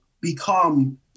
become